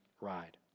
ride